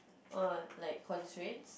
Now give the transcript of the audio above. oh like constraints